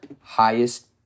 highest